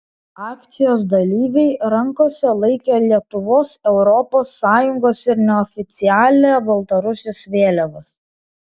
akcijos dalyviai rankose laikė lietuvos europos sąjungos ir neoficialią baltarusijos vėliavas